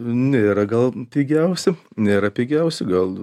nėra gal pigiausi nėra pigiausi gal